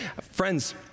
friends